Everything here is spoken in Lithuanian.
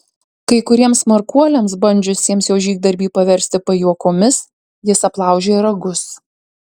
kai kuriems smarkuoliams bandžiusiems jo žygdarbį paversti pajuokomis jis aplaužė ragus